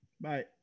Bye